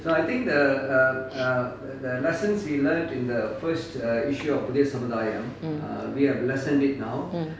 mm